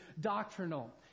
doctrinal